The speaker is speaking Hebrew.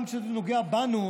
גם כשזה נוגע בנו,